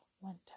winter